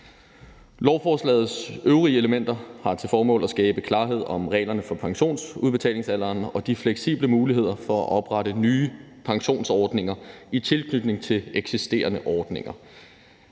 Lovforslagets øvrige elementer har til formål at skabe klarhed om reglerne for pensionsudbetalingsalderen og de fleksible muligheder for at oprette nye pensionsordninger i tilknytning til eksisterende ordninger.